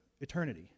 eternity